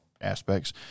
aspects